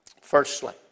firstly